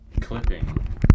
clipping